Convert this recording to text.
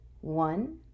One